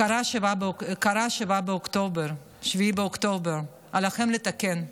קרה 7 באוקטובר, עליכם לתקן,